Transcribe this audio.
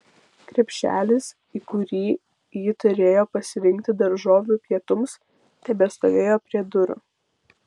krepšelis į kurį ji turėjo pasirinkti daržovių pietums tebestovėjo prie durų